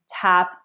tap